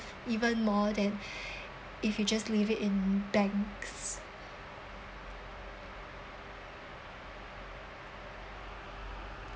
even more than if you just leave it in banks